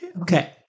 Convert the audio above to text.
Okay